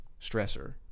stressor